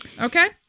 Okay